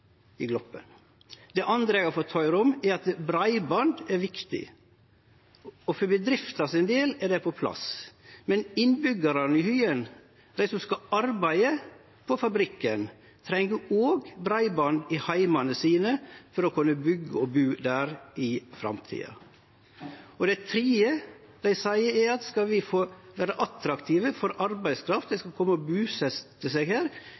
i Gloppen. Det andre eg har fått høyre om, er at breiband er viktig. For bedrifta sin del er det på plass, men innbyggjarane i Hyen, dei som skal arbeide på fabrikken, treng òg breiband i heimane sine for å kunne byggje og bu der i framtida. Det tredje dei seier, er at skal dei vere attraktive for arbeidskraft, at folk skal kome og busetje seg